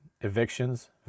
evictions